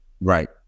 Right